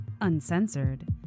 uncensored